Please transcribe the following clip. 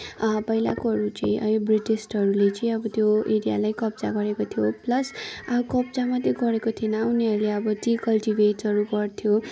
पहिलाकोहरू चाहिँ है ब्रिटिसहरूले चाहिँ अब त्यो एरियालाई कब्जा गरेको थियो प्लस कब्जा मात्रै गरेको थिएन उनीहरूले अब टी कल्टिभेटहरू गर्थ्यो